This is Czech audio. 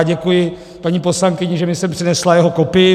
Děkuji paní poslankyni, že mi sem přinesla jeho kopii.